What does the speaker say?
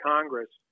Congress